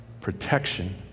Protection